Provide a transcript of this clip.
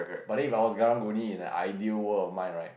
but if I was karang-guni in the ideal world of mine right